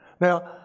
Now